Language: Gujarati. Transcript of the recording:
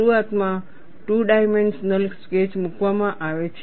શરૂઆતમાં ટૂ ડાઈમેન્શનલ સ્કેચ મૂકવામાં આવે છે